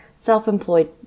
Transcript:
self-employed